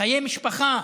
חיי משפחה,